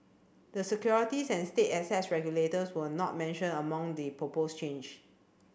the securities and state assets regulators were not mentioned among the proposed change